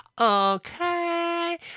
Okay